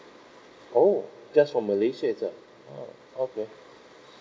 oh that's for malaysia it's that oh okay